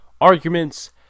arguments